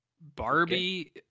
Barbie